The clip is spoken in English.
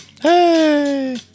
Hey